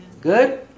Good